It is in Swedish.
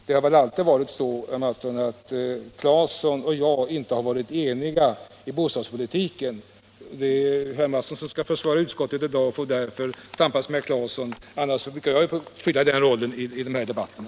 Herr Claeson och jag har väl inte varit eniga i fråga om bostadspolitiken, men i dag är det herr Mattsson som skall försvara utskottet och tampas med herr Claeson — annars brukar jag ha den uppgiften i de bostadspolitiska debatterna.